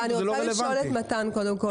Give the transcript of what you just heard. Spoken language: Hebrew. אני רוצה לשאול את מתן קודם כל,